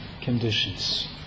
conditions